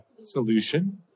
solution